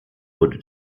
wurde